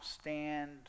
stand